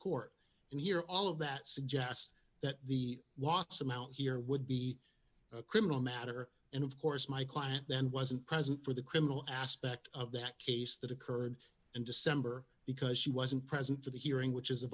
court and hear all of that suggest that the watts amount here would be a criminal matter and of course my client then wasn't present for the criminal aspect of that case that occurred in december because she wasn't present for the hearing which is a